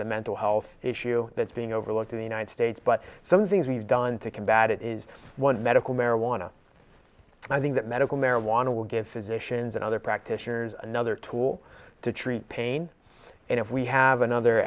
a mental health issue that's being overlooked in the united states but some things we've done to combat it is one medical marijuana i think that medical marijuana will give physicians and other practitioners another tool to treat pain and if we have another